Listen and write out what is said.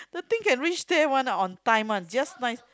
the thing can reach there one ah on time one just nice